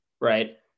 right